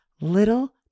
little